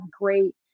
great